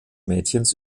mädchens